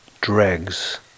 dregs